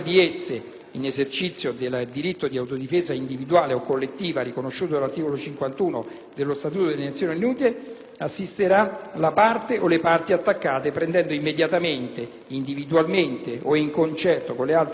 in esercizio del diritto di autodifesa individuale o collettiva, riconosciuto dall'articolo 51 dello Statuto delle Nazioni Unite, assisterà la parte o le parti attaccate prendendo immediatamente, individualmente o in concerto con le altre parti,